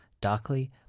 darkly